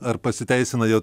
ar pasiteisina jau